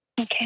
Okay